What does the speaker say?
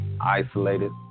isolated